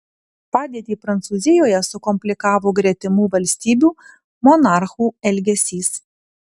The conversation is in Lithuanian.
padėtį prancūzijoje sukomplikavo gretimų valstybių monarchų elgesys